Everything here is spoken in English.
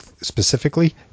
specifically